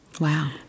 Wow